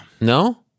No